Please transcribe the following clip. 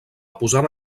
posada